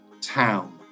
town